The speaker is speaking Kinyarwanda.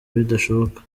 bidashoboka